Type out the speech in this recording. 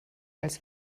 als